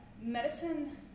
medicine